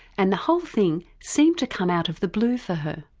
and the whole thing seemed to come out of the blue for her.